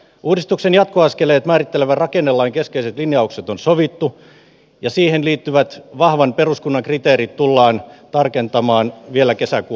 uudistuksen jatkoaskeleet määrittelevän rakennelain keskeiset linjaukset on sovittu ja siihen liittyvät vahvan peruskunnan kriteerit tullaan tarkentamaan vielä kesäkuun lopulla